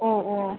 ഓ ഓ